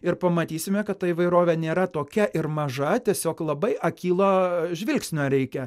ir pamatysime kad ta įvairovė nėra tokia ir maža tiesiog labai akylo žvilgsnio reikia